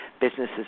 Businesses